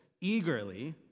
eagerly